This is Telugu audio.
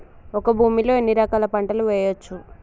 ఒక భూమి లో ఎన్ని రకాల పంటలు వేయచ్చు?